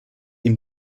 ihm